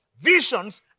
visions